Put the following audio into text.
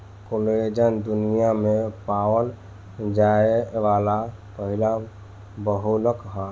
collagen दुनिया में पावल जाये वाला पहिला बहुलक ह